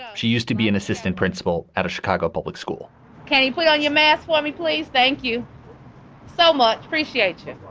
she used to be an assistant principal at a chicago public school can you put on your mask for me, please? thank you so much. appreciate you